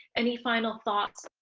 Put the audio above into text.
any final thoughts?